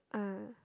ah